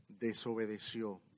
desobedeció